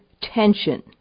tension